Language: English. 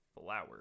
flower